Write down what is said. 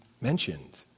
mentioned